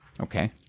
Okay